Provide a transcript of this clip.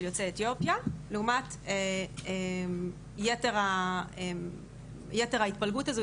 יוצאי אתיופיה לעומת יתר ההתפלגות הזו,